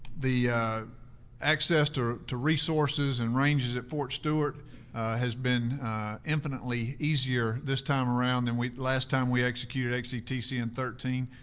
the access to to resources and ranges at fort stewart has been infinitely easier this time around. and last time we executed xctc in thirteen,